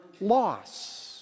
loss